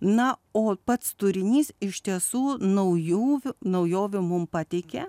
na o pats turinys iš tiesų naujų naujovių mums pateikė